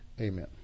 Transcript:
Amen